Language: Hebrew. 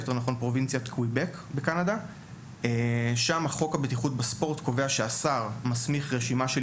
בפרובינציית קוויבק בקנדה חוק הביטוח בספורט קובע שהשר מסמיך רשימה של